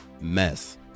mess